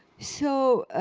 so,